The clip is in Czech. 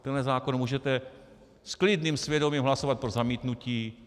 Tenhle zákon můžete s klidným svědomím hlasovat pro zamítnutí.